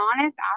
honest